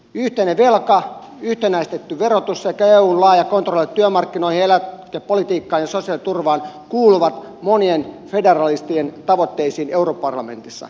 yhteinen velka yhtenäistetty verotus sekä eun laaja kontrolli työmarkkinoihin eläkepolitiikkaan ja sosiaaliturvaan kuuluvat monien federalistien tavoitteisiin europarlamentissa